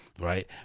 right